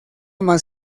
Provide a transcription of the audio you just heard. más